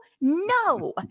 no